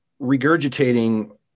regurgitating